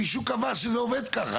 מישהו קבע שזה עובד ככה,